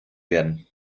werden